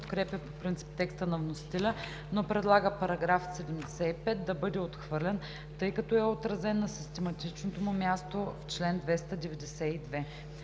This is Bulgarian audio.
подкрепя по принцип текста на вносителя, но предлага § 156 да бъде отхвърлен, тъй като е отразен на систематичното му място в чл.